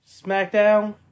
SmackDown